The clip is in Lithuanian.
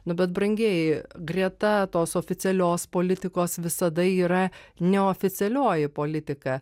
nu bet brangieji greta tos oficialios politikos visada yra neoficialioji politika